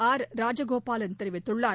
R Rajagopalan தெரிவித்துள்ளார்